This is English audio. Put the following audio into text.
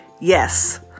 yes